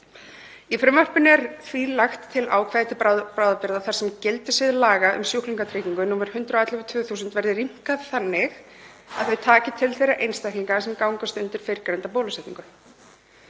Í frumvarpinu er því lagt til ákvæði til bráðabirgða þar sem gildissvið laga um sjúklingatryggingu, nr. 111/2000, verði rýmkað þannig að þau taki til þeirra einstaklinga sem gangast undir fyrrgreinda bólusetningu.